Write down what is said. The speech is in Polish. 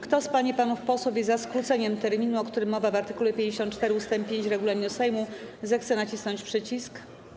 Kto z pań i panów posłów jest za skróceniem terminu, o którym mowa w art. 54 ust. 5 regulaminu Sejmu, zechce nacisnąć przycisk.